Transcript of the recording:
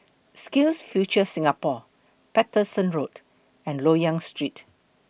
SkillsFuture Singapore Paterson Road and Loyang Street